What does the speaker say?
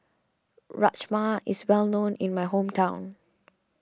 Rajma is well known in my hometown